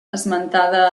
esmentada